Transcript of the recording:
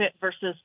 versus